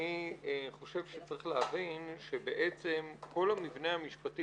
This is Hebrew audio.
אני חושב שצריך להבין שבעצם כל המבנה המשפטי,